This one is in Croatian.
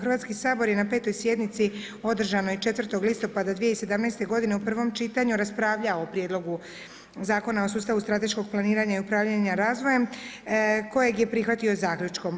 Hrvatski sabor je na petoj sjednici održanoj 4. listopada 2017. godine u prvom čitanju raspravljao o Prijedlogu zakona o sustavu strateškog planiranja i upravljanja razvojem kojeg je prihvatio zaključkom.